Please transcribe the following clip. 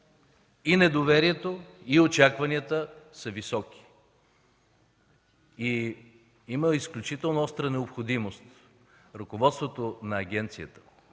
и недоверието, и очакванията са високи. Има изключително остра необходимост ръководството и